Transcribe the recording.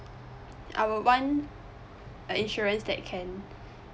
I would want a insurance that can